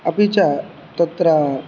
अपि च तत्र